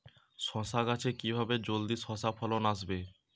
শশা গাছে কিভাবে জলদি শশা ফলন আসবে?